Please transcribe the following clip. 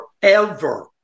forever